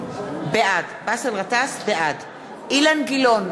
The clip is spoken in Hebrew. בעד אילן גילאון,